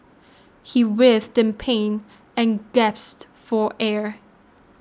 he writhed in pain and gasped for air